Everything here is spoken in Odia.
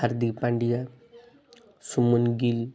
ହାର୍ଦ୍ଦିକ୍ ପାଣ୍ଡିଆ ଶୁଭମନ୍ ଗିଲ୍